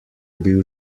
bil